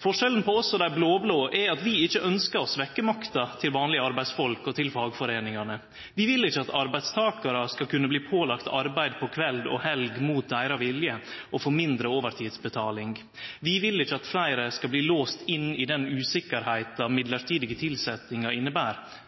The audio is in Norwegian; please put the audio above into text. Forskjellen på oss og dei blå-blå er at vi ikkje ønsker å svekke makta til vanlege arbeidsfolk og til fagforeiningane. Vi vil ikkje at arbeidstakarar mot sin vilje skal kunne bli pålagde arbeid på kveldstid og i helga, og få mindre overtidsbetaling. Vi vil ikkje at fleire skal bli låste inn i den usikkerheita mellombelse tilsetjingar inneber.